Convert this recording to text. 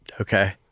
okay